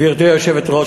גברתי היושבת-ראש,